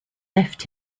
left